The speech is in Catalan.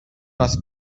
les